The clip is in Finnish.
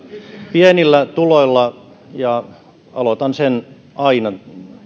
pienillä tuloilla ja aloitan aina